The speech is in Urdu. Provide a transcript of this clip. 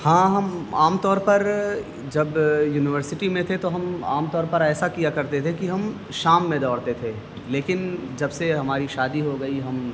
ہاں ہم عام طور پر جب یونیورسٹی میں تھے تو ہم عام طور پر ایسا کیا کرتے تھے کہ ہم شام میں دوڑتے تھے لیکن جب سے ہماری شادی ہو گئی ہم